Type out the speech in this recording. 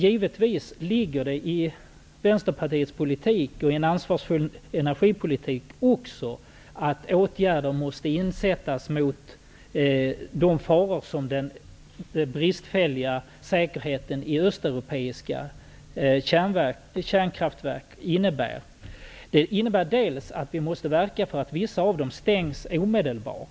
Givetvis ligger det i Vänsterpartiets politik och i en ansvarsfull energipolitik att åtgärder sätts in mot de faror som den bristfälliga säkerheten i östeuropeiska kärnkraftverk innebär. Det innebär att vi måste verka för att vissa av dem stängs omedelbart.